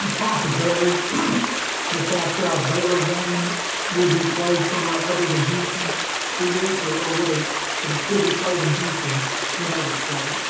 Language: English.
possibility that that baylor game would be played somewhere other than houston through this, or would would it but it still be played in houston whenever it's played?